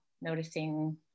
noticing